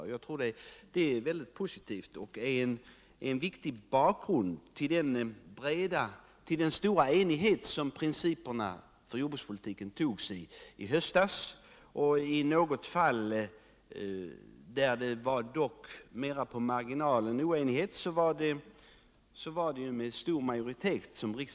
Detta är mycket positivt och utgör en viktig bakgrund till den stora enighet i vilken man samlades kring principerna om jordbrukspolitiken i höstas. I något fall var det oenighet, men denna var mera marginell, så riksdagen fattade beslutet med stor majoritet.